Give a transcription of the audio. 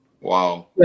Wow